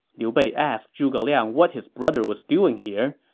liu bei asked zhuge liang what his brother was doing here,